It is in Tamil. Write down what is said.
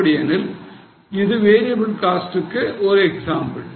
அப்படியெனில் இது variable costக்கு ஒரு எக்ஸாம்பிள்